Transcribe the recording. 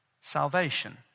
salvation